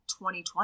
2020